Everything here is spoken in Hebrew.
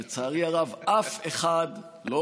לצערי הרב אף אחד, לא